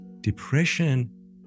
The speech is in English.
Depression